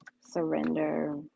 Surrender